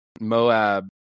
Moab